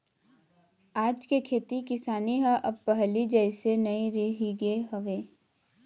आज के खेती किसानी ह अब पहिली जइसे नइ रहिगे हवय